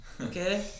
okay